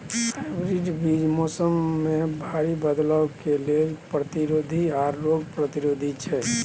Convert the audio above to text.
hybrid बीज मौसम में भारी बदलाव के लेल प्रतिरोधी आर रोग प्रतिरोधी छै